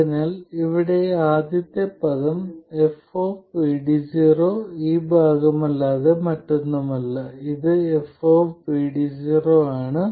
അതിനാൽ ഇവിടെ ആദ്യത്തെ പദം f ഈ ഭാഗമല്ലാതെ മറ്റൊന്നുമല്ല ഇത് f ആണ്